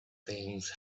things